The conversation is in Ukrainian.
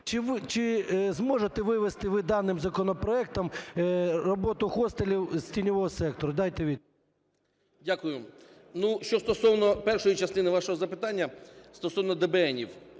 Чи зможете вивести ви даним законопроектом роботу хостелів з тіньового сектору? Дайте… 16:43:06 ШИНЬКОВИЧ А.В. Дякую. Ну, що стосовно першої частини вашого запитання стосовно ДБНнів.